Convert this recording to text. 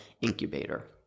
incubator